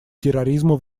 терроризму